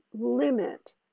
limit